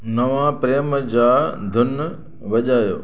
नवां प्रेम जा धुन वॼायो